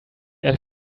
air